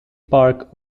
park